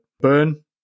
burn